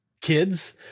Kids